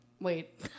Wait